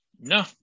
No